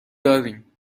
داریم